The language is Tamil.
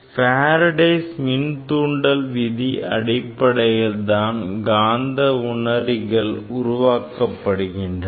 Faradays மின் தூண்டல் விதி அடிப்படையில் தான் காந்த உணரிகள் உருவாக்கப்படுகின்றன